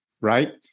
right